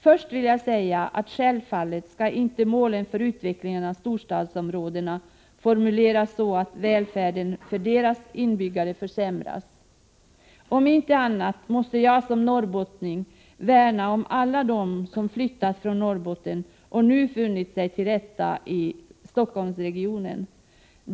Först vill jag säga att självfallet skall inte målen för utvecklingen av storstadsområdena formuleras så, att välfärden för deras inbyggare försämras. Om inte annat måste jag som norrbottning värna om alla dem som flyttat från Norrbotten och nu funnit sig till rätta i t.ex. Stockholmsregionen.